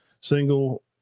single